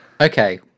Okay